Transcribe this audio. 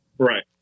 Right